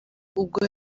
ubwo